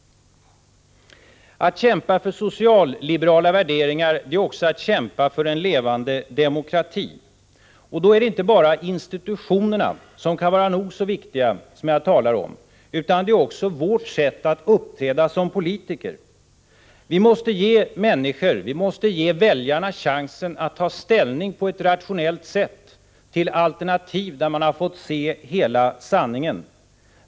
Att kämpa för socialliberala värderingar är också att kämpa för en levande demokrati. Och då talar jag inte bara om demokratins institutioner, som kan vara nog så viktiga, utan också om vårt sätt att uppträda som politiker. Vi måste ge människor, väljarna, chansen att på ett rationellt sätt ta ställning till alternativ där man har fått se hela sanningen.